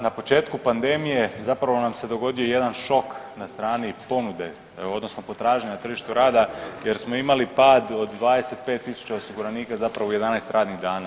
Na početku pandemije zapravo nam se dogodio jedan šok na strani ponude odnosno potražnje na tržištu rada, jer smo imali pad od 25000 osiguranika zapravo u 11 radnih dana.